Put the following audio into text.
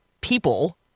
people